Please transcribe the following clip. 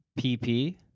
pp